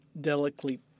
delicately